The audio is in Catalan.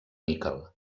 níquel